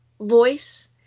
voice